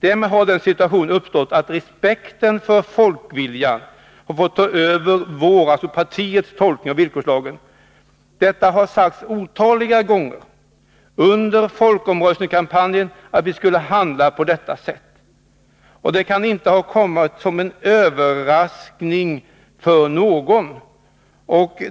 Därmed har respekten för folkviljan fått ta över partiets tolkning av villkorslagen. Det sades otaliga gånger under folkomröstningskampanjen att vi skulle komma att handla på detta sätt. Det kan inte ha kommit som en överraskning för någon.